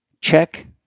Check